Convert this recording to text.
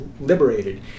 liberated